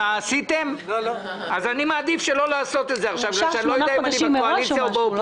אז קל וחומר, הוא אושר 8 חודשים מראש.